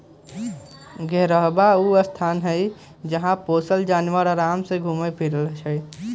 घेरहबा ऊ स्थान हई जहा पोशल जानवर अराम से घुम फिरइ छइ